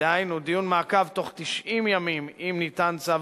דהיינו דיון מעקב בתוך 90 ימים אם ניתן צו